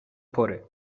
پره